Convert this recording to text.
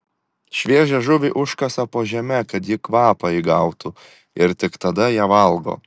šviežią žuvį užkasa po žeme kad ji kvapą įgautų ir tik tada ją valgo